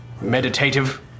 meditative